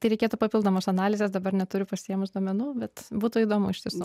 tai reikėtų papildomos analizės dabar neturiu pasiėmus duomenų bet būtų įdomu iš tiesų